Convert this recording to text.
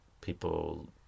People